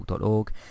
org